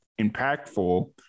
impactful